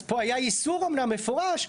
אז פה היה איסור אמנם מפורש,